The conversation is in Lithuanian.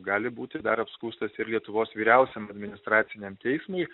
gali būti dar apskųstas ir lietuvos vyriausiam administraciniam teismui